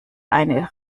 eine